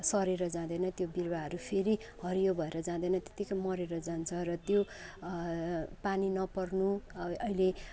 सरेर जाँदैन त्यो बिरुवाहरू फेरि हरियो भएर जाँदैन त्यतिकै मरेर जान्छ र त्यो पानी नपर्नु अ अहिले